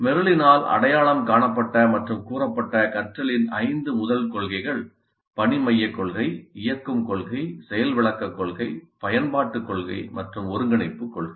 மெர்ரினால் அடையாளம் காணப்பட்ட மற்றும் கூறப்பட்ட கற்றலின் ஐந்து முதல் கொள்கைகள் பணி மையக் கொள்கை இயக்கும் கொள்கை செயல் விளக்கக் கொள்கை பயன்பாட்டுக் கொள்கை மற்றும் ஒருங்கிணைப்புக் கொள்கை